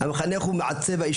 המחנך הוא בעל השפעה על חיי